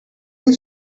you